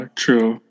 true